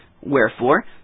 Wherefore